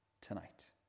tonight